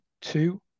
two